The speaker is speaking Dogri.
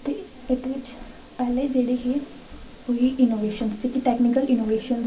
ते इत्त बिच्च पैह्ले जेह्की ही कोई इनोवेशनस जेह्की टैकनिकल इनोवेशनस